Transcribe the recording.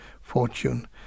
fortune